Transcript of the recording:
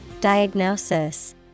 diagnosis